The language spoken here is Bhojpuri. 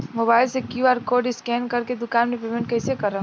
मोबाइल से क्यू.आर कोड स्कैन कर के दुकान मे पेमेंट कईसे करेम?